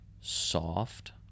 soft